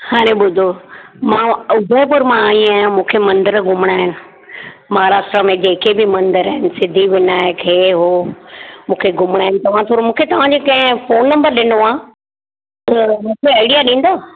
हाणे ॿुधो मां उदयपुर मां आईं आहियां मूंखे मंदर घुमणा आहिनि महाराष्ट्र में जेके बि मंदर आहिनि सिद्धीविनायक हीअ हूअ मूंखे घुमणा आहिनि तव्हां थोरो मूंखे तव्हांजे कंहिं फ़ोन नंबर ॾिनो आहे त मूंखे आइडिया ॾिंदो